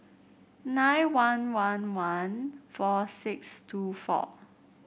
nine one one one four six two four